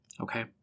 Okay